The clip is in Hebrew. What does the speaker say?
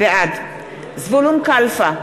בעד זבולון קלפה,